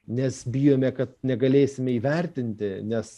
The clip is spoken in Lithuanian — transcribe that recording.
nes bijome kad negalėsime įvertinti nes